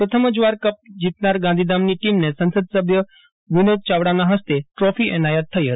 પ્રથમ જ વાર કપ જીતનાર ગાંધીધામની ટીમને સંસદ સભ્ય વિનોદ ચાવડાના હસ્તે ટ્રોફી એનાયત થઇ હતી